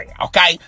okay